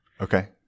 okay